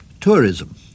Tourism